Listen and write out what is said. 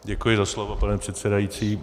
Děkuji za slovo, pane předsedající.